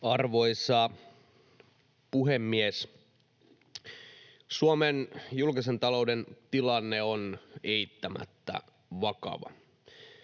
Arvoisa puhemies! Suomen julkisen talouden tilanne on eittämättä vakava.